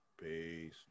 Peace